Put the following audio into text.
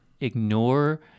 ignore